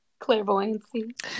Clairvoyancy